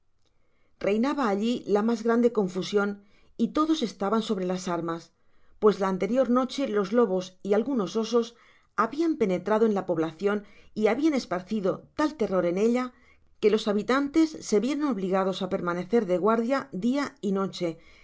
reinaba allí la mas grande confusion y todos estaban sobre las armas pues la anterior noche los lobos y algunos osos habian penetrado en la poblacion y habían esparcido tal terror en ella que los habitantes se vieron obligados á permanecer de guardia dia y noche